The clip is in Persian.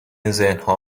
ذهنها